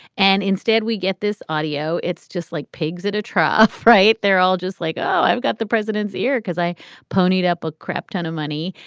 and instead, we get this audio. it's just like pigs at a trough, right? they're all just like, oh, i've got the president's ear because i ponied up a crap ton of money.